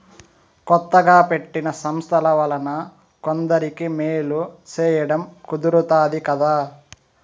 కొత్తగా పెట్టిన సంస్థల వలన కొందరికి మేలు సేయడం కుదురుతాది కదా